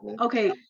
Okay